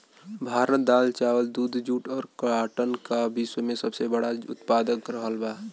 भारत दाल चावल दूध जूट और काटन का विश्व में सबसे बड़ा उतपादक रहल बा